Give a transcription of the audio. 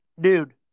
Dude